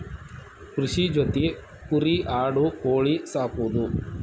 ಕೃಷಿ ಜೊತಿ ಕುರಿ ಆಡು ಕೋಳಿ ಸಾಕುದು